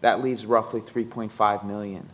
that leaves roughly three point five million